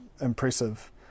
impressive